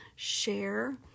share